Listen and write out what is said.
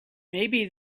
maybe